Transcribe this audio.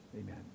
Amen